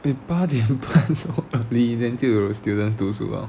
eh 八点 so early then 就有 students 读书 liao